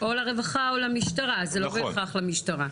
או לרווחה או למשטרה, זה לא בהכרח למשטרה.